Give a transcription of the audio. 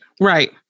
Right